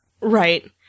right